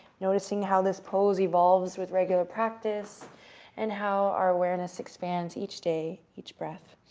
noticing how this pose evolves with regular practice and how our awareness expands each day, each breath.